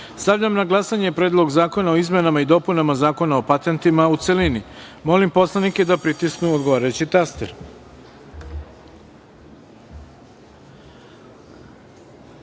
celini. Stavljam na glasanje Predlog Zakona o izmenama i dopunama Zakona o patentima, u celini. Molim poslanike da pritisnu odgovarajući